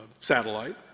satellite